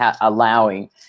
allowing